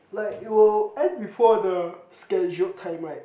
like it will end before the scheduled time right